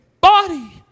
body